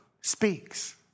speaks